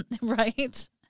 Right